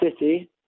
City